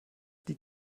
die